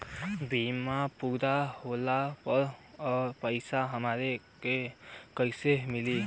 बीमा पूरा होले पर उ पैसा हमरा के कईसे मिली?